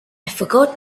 forgot